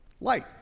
Light